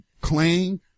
claim